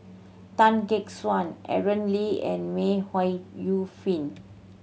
Tan Gek Suan Aaron Lee and May Yu Fen